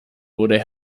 wurde